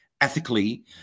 ethically